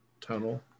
tunnel